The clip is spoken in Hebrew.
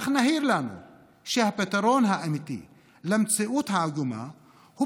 אך נהיר לנו שהפתרון למציאות העגומה הוא